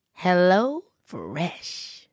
HelloFresh